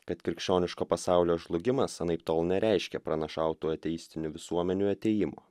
kad krikščioniško pasaulio žlugimas anaiptol nereiškia pranašautų ateistinių visuomenių atėjimo